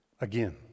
Again